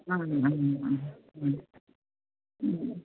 आं हा हा आं